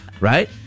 Right